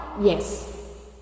Yes